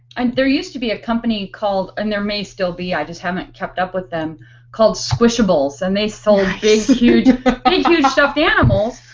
and there used to be a company called and there may still be, i just haven't kept up with them called squishables. and they sold big huge huge stuffed animals.